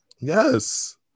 yes